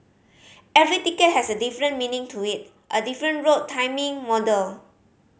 every ticket has a different meaning to it a different route timing model